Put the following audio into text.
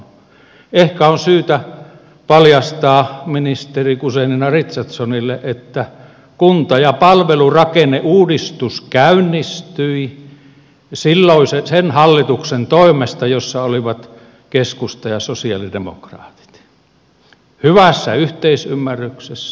ehkä on syytä paljastaa ministeri guzenina richardsonille että kunta ja palvelurakenneuudistus käynnistyi sen hallituksen toimesta jossa olivat keskusta ja sosialidemokraatit hyvässä yhteisymmärryksessä